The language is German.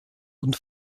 und